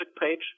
page